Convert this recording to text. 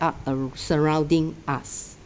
art uh surrounding us